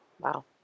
Wow